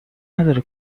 نداره